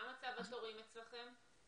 מה מצב התורים אצלכם?